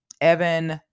Evan